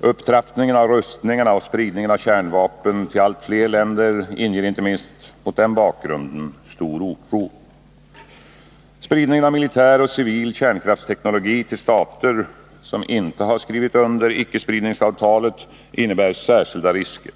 Upptrappningen av rustningarna och spridningen av kärnvapen till allt fler länder inger inte minst mot denna bakgrund stor oro. Spridningen av militär och civil kärnkraftsteknologi till stater som inte skrivit under icke-spridningsavtalet innebär särskilda risker.